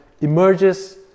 emerges